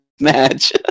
match